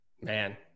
man